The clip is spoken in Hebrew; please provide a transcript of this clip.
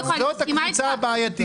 זאת הקבוצה הבעייתית.